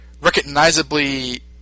Recognizably